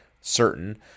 certain